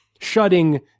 shutting